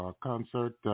concert